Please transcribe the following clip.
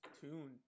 tune